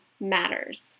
matters